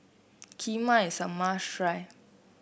Kheema is a must try